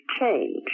change